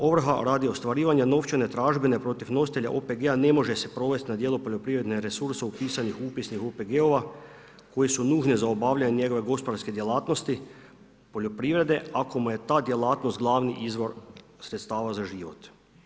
Ovrha radi ostvarivanja novčane tražbine protiv nositelja OPG-a ne može se provesti na dijelu prirodni resursi upisanih u upisnik OPG-ova koje su nužne za obavljanje njegove gospodarske djelatnosti poljoprivrede ako mu je ta djelatnost glavni izvor sredstava za život.